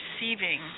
receiving